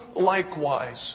likewise